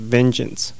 Vengeance